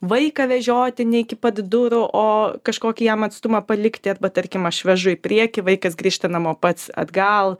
vaiką vežioti ne iki pat durų o kažkokį jam atstumą palikti arba tarkim aš vežu į priekį vaikas grįžta namo pats atgal